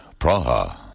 Praha